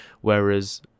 whereas